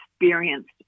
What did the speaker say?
experienced